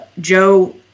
Joe